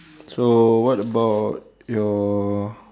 so what about your